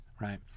Right